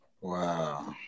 Wow